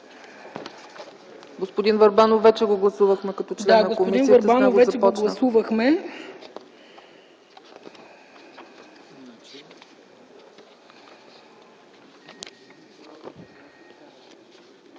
Господин Върбанов вече го гласувахме като член на комисия.